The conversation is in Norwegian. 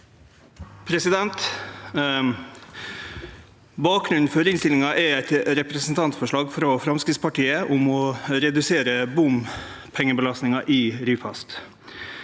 for saka): Bakgrunnen for innstillinga er eit representantforslag frå Framstegspartiet om å redusere bompengebelastninga i Ryfast.